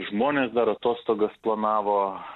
žmonės dar atostogas planavo